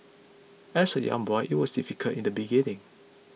as a young boy it was difficult in the beginning